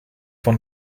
von